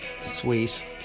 sweet